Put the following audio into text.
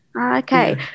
okay